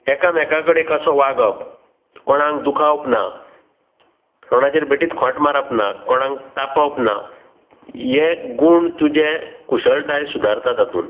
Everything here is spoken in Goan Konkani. एकामेका कडेन कसो वागप कोणांक दुखावप ना कोणाचेर बेठीत खोट मारप ना कोणांक तापोवप ना हे गूण तुजे कुशळटाय सुदारता तातून